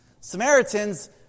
Samaritans